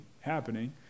happening